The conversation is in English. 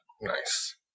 Nice